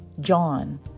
john